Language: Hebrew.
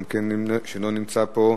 גם כן לא נמצא פה.